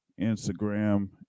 Instagram